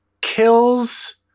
kills